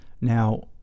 Now